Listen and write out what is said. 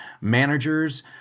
managers